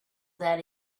that